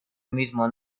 mismo